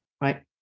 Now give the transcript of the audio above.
Right